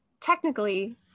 technically